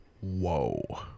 Whoa